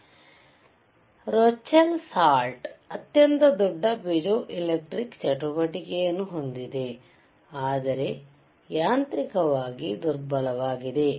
ಆದ್ದರಿಂದ Rochelle salt ಅತ್ಯಂತ ದೊಡ್ಡ ಪಿಜೋಎಲೆಕ್ಟ್ರಿಕ್ ಚಟುವಟಿಕೆಯನ್ನು ಹೊಂದಿದೆ ಆದರೆ ಯಾಂತ್ರಿಕವಾಗಿ ದುರ್ಬಲವಾಗಿದೆ